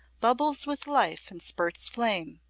bubbles with life and spurts flame.